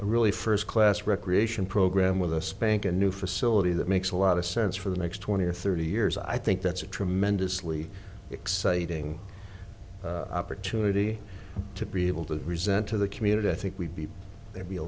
really first class recreation program with a spanking new facility that makes a lot of sense for the next twenty or thirty years i think that's a tremendously exciting opportunity to be able to present to the community i think we'd be there be a